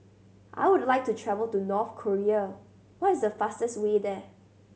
I would like to travel to North Korea what is the fastest way there